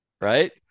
right